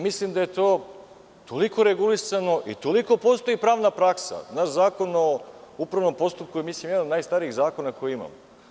Mislim da je to toliko regulisano i toliko postoji pravna praksa, Zakon o upravnom postupku je mislim jedan od najstarijih zakona koje imamo.